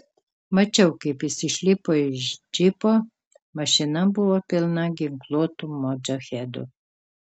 mačiau kaip jis išlipo iš džipo mašina buvo pilna ginkluotų modžahedų